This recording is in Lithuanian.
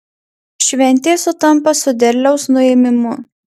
šventė sutampa su derliaus nuėmimu